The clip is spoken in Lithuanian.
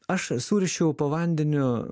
aš a surišiau po vandeniu